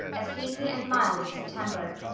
as hazy and mild as september.